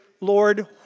Lord